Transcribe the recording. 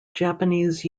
japanese